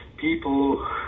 people